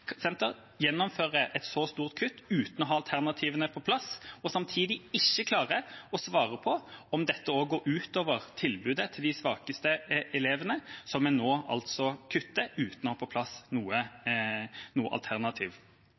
gjennomfører et så stort kutt uten å ha alternativene på plass og samtidig ikke klarer å svare på om dette også går ut over tilbudet til de svakeste elevene, som en nå altså kutter for uten å ha på plass noe alternativ.